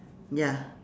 ya